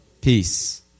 Peace